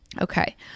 okay